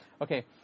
okay